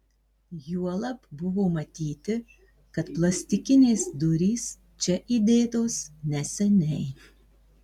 juolab buvo matyti kad plastikinės durys čia įdėtos neseniai